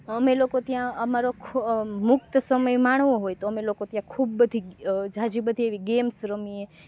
અમે લોકો ત્યાં અમારો મુકત સમય માણવો હોય તો અમે લોકો ત્યાં ખૂબ બધી ઝાઝી બધી એવી ગેમ્સ રમીએ